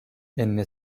enne